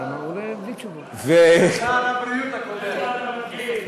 שר הבריאות הקודם.